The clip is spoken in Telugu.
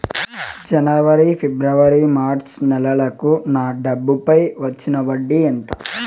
జనవరి, ఫిబ్రవరి, మార్చ్ నెలలకు నా డబ్బుపై వచ్చిన వడ్డీ ఎంత